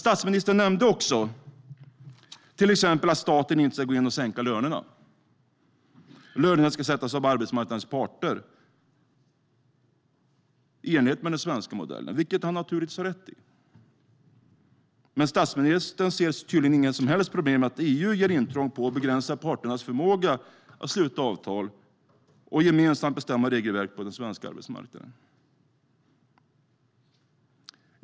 Statsministern nämnde till exempel också att staten inte ska gå in och sänka lönerna utan att lönerna ska sättas av arbetsmarknadens parter, i enlighet med den svenska modellen. Det har han naturligtvis rätt i. Men statsministern ser tydligen inga som helst problem med att EU gör intrång på och begränsar parternas förmåga att sluta avtal och gemensamt bestämma regelverk på den svenska arbetsmarknaden.